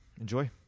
Enjoy